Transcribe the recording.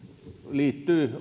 liittyy